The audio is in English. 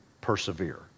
persevere